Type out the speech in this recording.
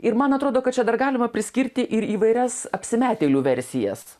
ir man atrodo kad čia dar galima priskirti ir įvairias apsimetėlių versijas